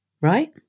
Right